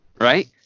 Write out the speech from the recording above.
Right